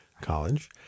College